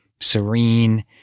Serene